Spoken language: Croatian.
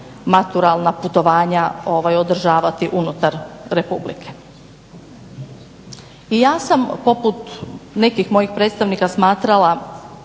maturalna putovanja održavati unutar Republike. ja sam poput nekih svojih prethodnika smatrala